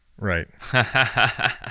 Right